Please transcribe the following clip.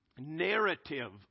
narrative